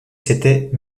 c’était